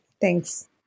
Thanks